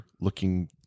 looking